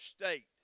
state